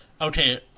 okay